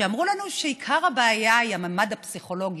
ואמרו לנו שעיקר הבעיה היא הממד הפסיכולוגי,